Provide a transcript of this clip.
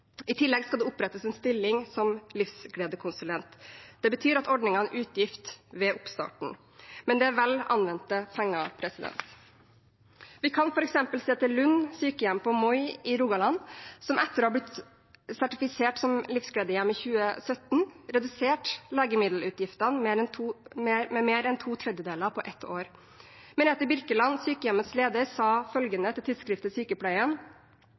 I tillegg skal det opprettes en stilling som livsgledekonsulent. Det betyr at ordningen er en utgift ved oppstarten, men det er vel anvendte penger. Vi kan f.eks. se til Lund sykehjem på Moi i Rogaland, som etter å ha blitt sertifisert som Livsgledehjem i 2017 reduserte legemiddelutgiftene med mer enn to tredjedeler på ett år. Merethe Birkeland, sykehjemmets leder, sa følgende til tidsskriftet Sykepleien: